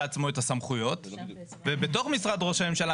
עצמו את הסמכויות ובתוך משרד ראש הממשלה,